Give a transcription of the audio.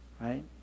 right